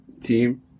team